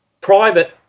private